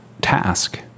task